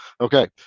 okay